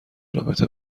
رابطه